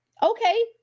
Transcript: Okay